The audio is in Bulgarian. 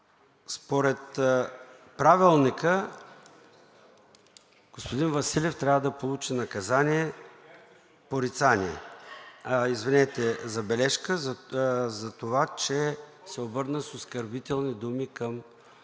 Според Правилника, господин Василев трябва да получи наказание „забележка“ за това, че се обърна с оскърбителни думи към